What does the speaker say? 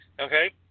Okay